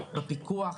בפיקוח,